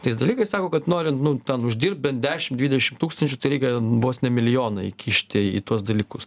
tais dalykais sako kad norint nu ten uždirbt bet dešim dvidešim tūkstančių tai reik vos ne milijoną įkišti į tuos dalykus